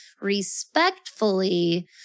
respectfully